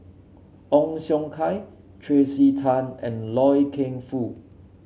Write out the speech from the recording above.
Ong Siong Kai Tracey Tan and Loy Keng Foo